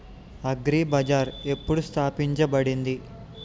Agri Bazaar ఎప్పుడు స్థాపించబడింది?